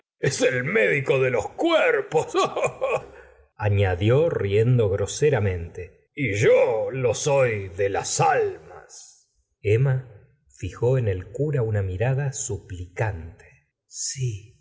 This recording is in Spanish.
es el médico de los cuerposañadió riendo groseramente y yo lo soy de las almas emma fijó en el cura una mirada suplicante si